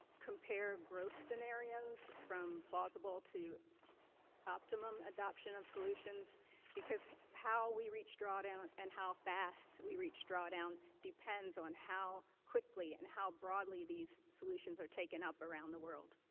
compare growth scenarios from plausible to optimum adoption of solutions because how we reach draw down and how fast we reach draw down depends on how quickly and how broadly these solutions are taken up around the world.